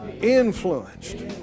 influenced